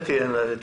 בזה תהיה בטוח.